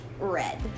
red